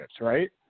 right